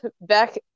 Back